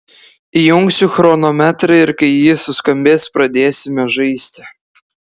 įjungsiu chronometrą ir kai jis suskambės pradėsime žaisti